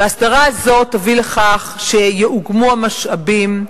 וההסדרה הזאת תביא לכך שיאוגמו המשאבים,